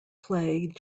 play